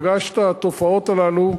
פגש את התופעות הללו